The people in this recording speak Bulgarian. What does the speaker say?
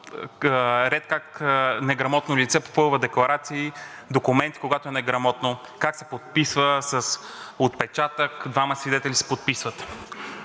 ред как неграмотно лице попълва декларация и документ, когато е неграмотно, как се подписва – с отпечатък, двама свидетели се подписват.